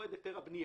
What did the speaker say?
ומועד היתר הבנייה.